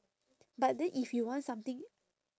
but then if you want something